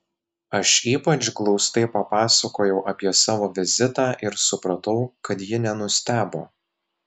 aš ypač glaustai papasakojau apie savo vizitą ir supratau kad ji nenustebo